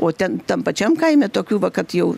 o ten tam pačiam kaime tokių va kad jau